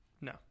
No